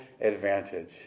advantage